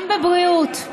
גם בבריאות.